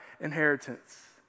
inheritance